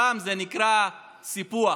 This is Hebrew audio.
הפעם זה נקרא סיפוח